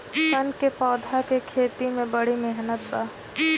सन क पौधा के खेती में बड़ी मेहनत बा